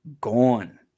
gone